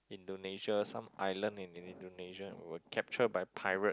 Indonesia some island in Indonesia were captured by pirate